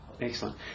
Excellent